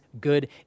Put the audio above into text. good